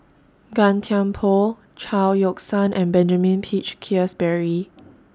Gan Thiam Poh Chao Yoke San and Benjamin Peach Keasberry